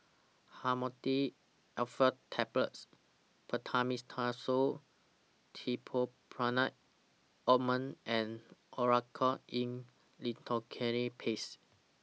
Dhamotil Atropine Tablets Betamethasone Dipropionate Ointment and Oracort E Lidocaine Paste